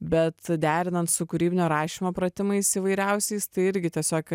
bet derinant su kūrybinio rašymo pratimais įvairiausiais tai irgi tiesiog